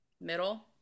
Middle